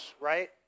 right